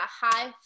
high